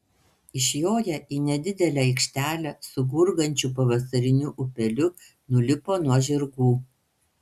išjoję į nedidelę aikštelę su gurgančiu pavasariniu upeliu nulipo nuo žirgų